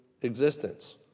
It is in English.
existence